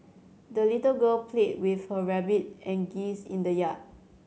the little girl played with her rabbit and geese in the yard